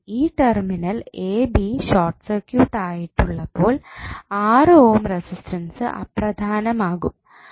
ഇനി ഈ terminal AB short circuit ആയിട്ട് ഉള്ളപ്പോൾ 6 ഓം റെസിസ്റ്റൻസ് അപ്രധാനമാകും